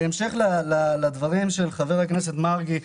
בהמשך לדברים של חבר הכנסת מרגי,